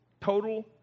Total